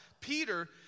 Peter